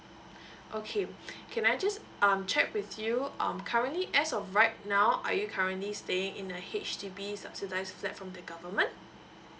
okay can I just um check with you um currently as of right now are you currently staying in a H_D_B subsidize flat from the government